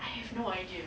I have no idea